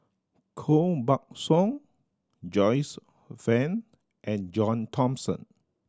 Koh Buck Song Joyce Fan and John Thomson